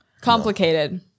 complicated